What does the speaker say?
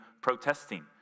protesting